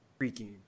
freaking